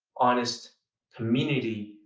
honest community,